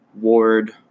Ward